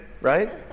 right